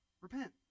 repent